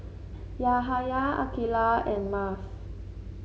Yahaya Aqilah and Mas